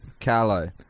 Carlo